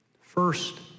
First